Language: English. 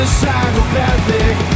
psychopathic